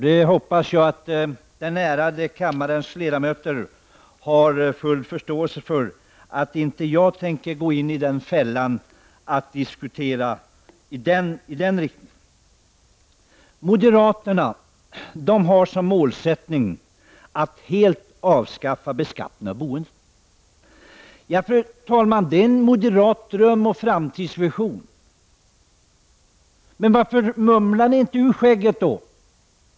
Jag hoppas att kammarens ärade ledamöter har full förståelse för att jag inte tänker gå in i fällan att diskutera i den riktningen. Fru talman! Moderaterna har som målsättning att helt avskaffa beskattningen av boendet. Det är en moderat dröm och framtidsvision. Varför mumlar ni då bara i skägget?